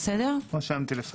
רשמתי.